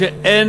קודם כול,